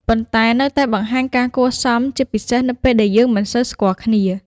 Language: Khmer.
ប៉ុន្តែនៅតែបង្ហាញការគួរសម ជាពិសេសនៅពេលដែលយើងមិនសូវស្គាល់គ្នា។